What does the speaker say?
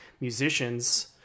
musicians